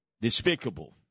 Despicable